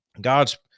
God's